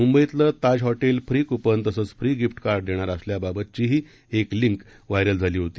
मुंबईतलं Taj hotel free coupon तसंच free gift card देणार असल्याबाबतचीही एक लिंक व्हायरल झाली होती